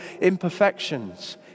imperfections